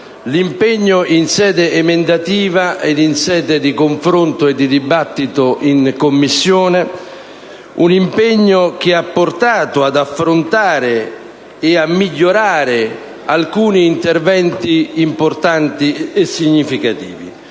del Sud in sede emendativa e di confronto e di dibattito in Commissione; un impegno che ha portato ad affrontare e a migliorare alcuni interventi importanti e significativi.